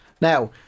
Now